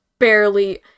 barely